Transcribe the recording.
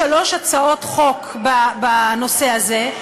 יש לי שלוש הצעות חוק בנושא הזה,